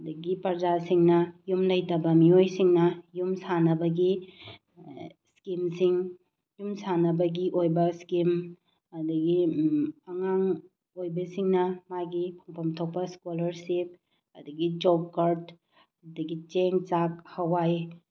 ꯑꯃꯗꯤ ꯄ꯭ꯔꯖꯥꯁꯤꯡꯅ ꯌꯨꯝ ꯂꯩꯇꯕ ꯃꯤꯑꯣꯏꯁꯤꯡꯅ ꯌꯨꯝ ꯁꯥꯅꯕꯒꯤ ꯏꯁꯀꯤꯝꯁꯤꯡ ꯌꯨꯝ ꯁꯥꯅꯕꯒꯤ ꯑꯣꯏꯕ ꯏꯁꯀꯤꯝ ꯑꯗꯨꯗꯒꯤ ꯑꯉꯥꯡ ꯑꯣꯏꯕꯁꯤꯡꯅ ꯃꯥꯒꯤ ꯐꯪꯐꯝ ꯊꯣꯛꯄ ꯏꯁꯀꯣꯂꯔꯁꯤꯞ ꯑꯗꯨꯗꯒꯤ ꯖꯣꯞꯀꯥꯔꯠ ꯑꯗꯨꯗꯒꯤ ꯆꯦꯡ ꯆꯥꯛ ꯍꯋꯥꯏ